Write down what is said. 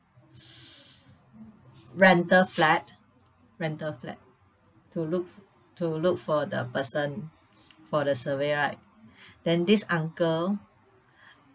rental flat rental flat to look to look for the person for the survey right then this uncle